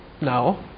No